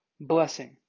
blessing